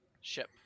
ship